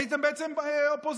הייתם בעצם אופוזיציה.